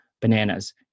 Bananas